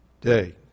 day